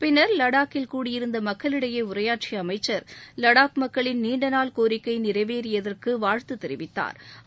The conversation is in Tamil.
பின்னர் லடாக்கில் கூடியிருந்த மக்களிடையே உரையாற்றிய அமைச்னர் லடாக் மக்களின் நீண்டநாள் கோரிக்கை நிறைவேறியதற்கு வாழ்த்து தெரிவித்தாா்